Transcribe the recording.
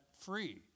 free